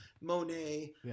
Monet